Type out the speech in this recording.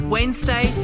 Wednesday